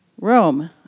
Rome